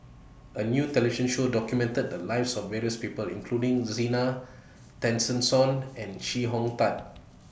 A New television Show documented The Lives of various People including Zena Tessensohn and Chee Hong Tat